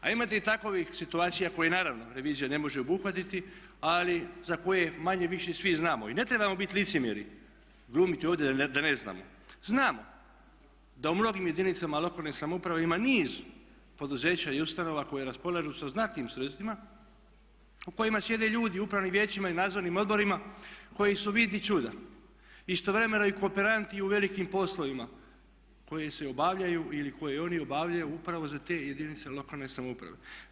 A imate i takovih situacija koje naravno revizija ne može obuhvatiti, ali za koje manje-više svi znamo i ne trebamo bit licemjeri, glumiti ovdje da ne znamo, znamo da u mnogim jedinicama lokalne samouprave ima niz poduzeća i ustanova koje raspolažu sa znatnim sredstvima u kojima sjede ljudi u upravnim vijećima i nadzornim odborima koji vidi čuda istovremeno i kooperanti i u velikim poslovima koji se obavljaju ili koje oni obavljaju upravo za te jedinice lokalne samouprave.